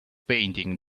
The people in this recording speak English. painting